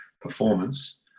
performance